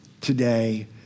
today